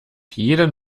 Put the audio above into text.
jeden